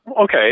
okay